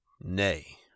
Nay